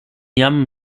jam